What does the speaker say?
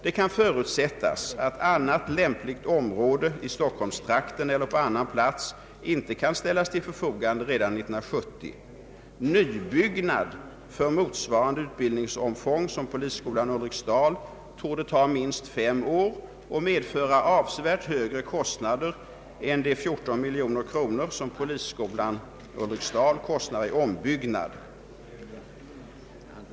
Det kan förutsättas att annat lämpligt område i Stockholmstrakten eller på annan plats inte kan ställas till förfogande redan år 1970. Nybyggnad för motsvarande utbildningsomfång som polisskolan i Ulriksdal kan erbjuda torde ta minst fem år och medföra avsevärt högre kostnader än de 14 miljoner kronor som polisskolan i Ulriksdal kostar i ombyggnad.